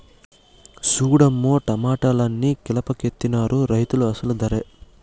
సూడమ్మో టమాటాలన్ని కీలపాకెత్తనారు రైతులు అసలు దరే